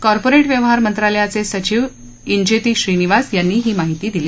corporate व्यवहार मंत्रालयाचे सचिव इजेती श्रीनिवास यांनी ही माहिती दिली